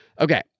Okay